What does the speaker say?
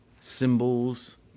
symbols